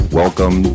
welcome